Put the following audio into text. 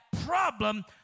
problem